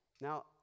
Now